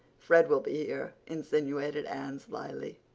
fred will be here, insinuated anne slyly.